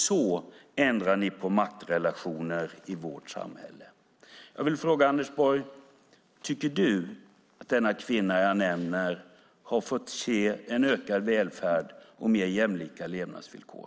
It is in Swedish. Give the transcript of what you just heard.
Så ändrar ni på maktrelationer i vårt samhälle. Jag vill fråga dig, Anders Borg: Tycker du att den kvinna jag nämner har fått se en ökad välfärd och mer jämlika levnadsvillkor?